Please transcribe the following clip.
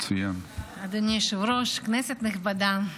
אדוני היושב-ראש, כנסת נכבדה,